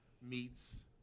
meets